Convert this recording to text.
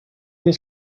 his